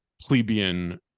plebeian